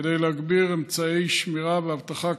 כדי להגביר אמצעי שמירה ואבטחה,